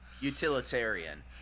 utilitarian